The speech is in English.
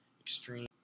extreme